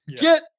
get